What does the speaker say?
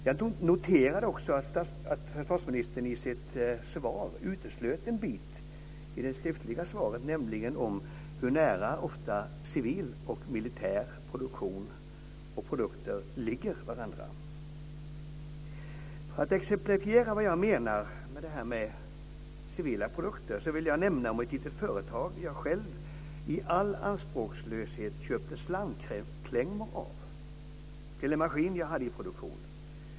Jag noterade också att försvarsministern i sitt muntliga svar uteslöt en bit av det skriftliga svaret, nämligen om hur nära civil och militär produktion ofta är varandra. För att exemplifiera vad jag menar med resonemanget om civila produkter vill jag nämna ett litet företag jag själv i all anspråkslöshet köpte slangklämmor av till en maskin jag hade i produktion.